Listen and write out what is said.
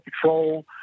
Patrol